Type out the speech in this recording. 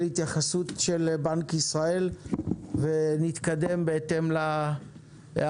התייחסות של בנק ישראל ונתקדם בהתאם להערות,